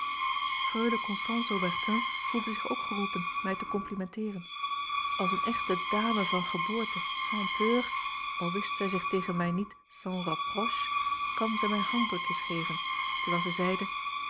haubertin voelde zich ook geroepen mij te complimenteeren als eene echte dame van geboorte sans peur al wist zij zich tegen mij niet sans reproche kwam zij mij handdrukjes geven terwijl zij zeide